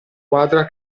quadra